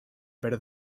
better